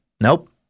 Nope